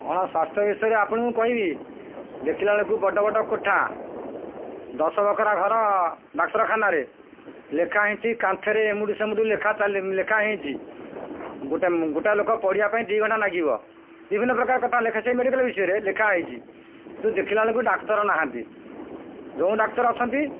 କ'ଣ ସ୍ୱାସ୍ଥ୍ୟ ବିଷୟରେ ଆପଣଙ୍କୁ କହିବି ଦେଖିଲା ବେଳକୁ ବଡ଼ ବଡ଼ କୋଠା ଦଶ ବଖରା ଘର ଡାକ୍ତରଖାନାରେ ଲେଖା ହେଇଛି କାନ୍ଥରେ ଏମୁଣ୍ଡୁ ସେମୁଣ୍ଡୁ ଲେଖା ହେଇଛି ଗୋଟେ ଗୋଟାଏ ଲୋକ ପଢ଼ିବା ପାଇଁ ଦୁଇ ଘଣ୍ଟା ଲାଗିବ ବିଭିନ୍ନ ପ୍ରକାର କଥା ଲେଖା ସେଇ ମେଡ଼ିକାଲ୍ ବିଷୟରେ ଲେଖା ହେଇଛି ତୁ ଦେଖିଲା ବେଳକୁ ଡାକ୍ତର ନାହାନ୍ତି ଯେଉଁ ଡାକ୍ତର ଅଛନ୍ତି